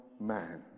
man